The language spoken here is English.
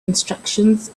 instructions